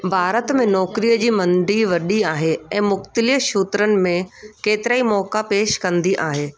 भारत में नौकिरीअ जी मंदी वॾी आहे ऐं मुख़्तलिफ क्षेत्रनि में केतिराई मौक़ा पेश कंदी आहे